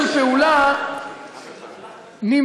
של פעולה נמדדת